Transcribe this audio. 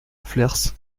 flers